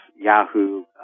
Yahoo